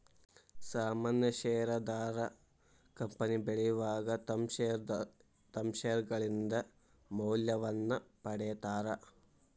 ಸಾಮಾನ್ಯ ಷೇರದಾರ ಕಂಪನಿ ಬೆಳಿವಾಗ ತಮ್ಮ್ ಷೇರ್ಗಳಿಂದ ಮೌಲ್ಯವನ್ನ ಪಡೇತಾರ